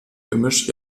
gemisch